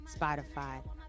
Spotify